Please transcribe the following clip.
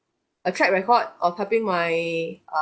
a track record of helping my